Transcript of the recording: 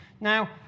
Now